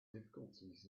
difficulties